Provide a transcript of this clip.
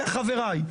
חבריי,